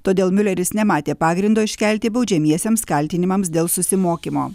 todėl miuleris nematė pagrindo iškelti baudžiamiesiems kaltinimams dėl susimokymo